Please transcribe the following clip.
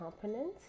components